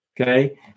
okay